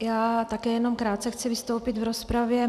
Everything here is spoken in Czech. Já také jenom krátce chci vystoupit v rozpravě.